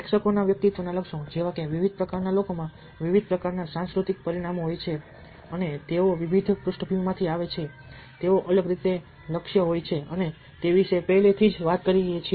પ્રેક્ષકોના વ્યક્તિત્વના લક્ષણો જેવા કે વિવિધ પ્રકારના લોકોમાં વિવિધ પ્રકારના સાંસ્કૃતિક પરિમાણો હોય છે અને તેઓ વિવિધ પૃષ્ઠભૂમિમાંથી આવે છે તેઓ અલગ રીતે લક્ષી હોય છે અમે તે વિશે પહેલેથી જ વાત કરી છે